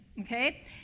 okay